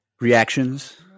Reactions